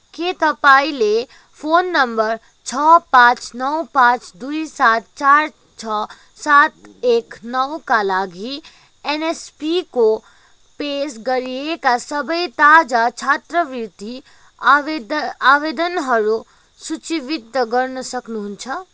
के तपाईँले phone number छ पाँच नौ पाँच दुई सात चार छ सात एक नौ का लागि एनएसपीको पेस गरिएका सबै ताजा छात्रवृत्ति आवेदन आवेदनहरू सूचीबद्ध गर्न सक्नुहुन्छ